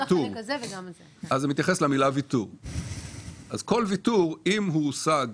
אז כל ויתור, אם הוא הושג